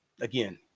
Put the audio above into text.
again